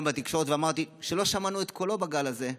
בתקשורת ואמרתי שלא שמענו את קולו בגל הזה,